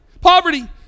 Poverty